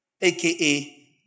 aka